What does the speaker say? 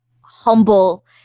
humble